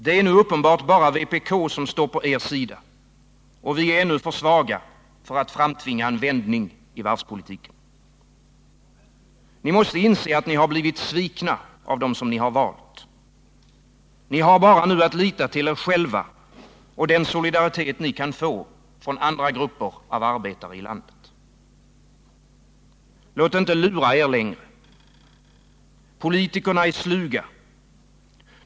Det är nu uppenbart bara vpk som står på er sida, och vi är ännu för svaga för att framtvinga en vändning i varvspolitiken. Ni måste inse att ni har blivit svikna av dem ni valt. Ni har nu bara att lita till er själva och den solidaritet ni kan få från andra grupper av arbetare i landet. Låt inte lura er längre! Politikerna är sluga.